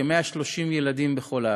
כ-130 ילדים בכל הארץ,